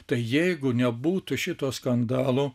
tai jeigu nebūtų šito skandalo